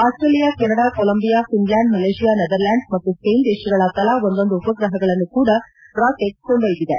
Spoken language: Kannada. Australia Canada Colombia Finland Malaysia Netherlands ಮತ್ತು ಸ್ವೇನನ್ ದೇಶಗಳ ತಲಾ ಒಂದೊಂದು ಉಪಗ್ರಹಗಳನ್ನು ಕೂಡ ರಾಕೆಟ್ ಕೊಂಡೊಯ್ಟಿದಿದೆ